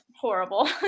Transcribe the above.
Horrible